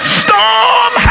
storm